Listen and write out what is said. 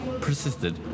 persisted